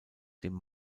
dem